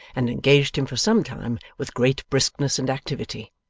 and engaged him for some time with great briskness and activity.